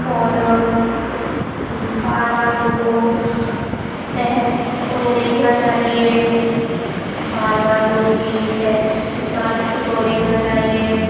और बार बार उनको सेहत उन्हें देखना चाहिए बार बार उनकी सह स्वास्थय को देखना चाहिए